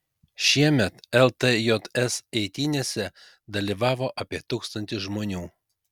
šiemet ltjs eitynėse dalyvavo apie tūkstantis žmonių